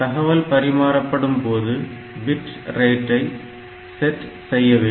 தகவல் பரிமாறப்படும் போது பிட் ரேட்டை செட் செய்ய வேண்டும்